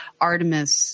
Artemis